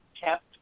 kept